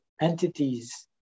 entities